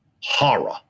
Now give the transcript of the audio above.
horror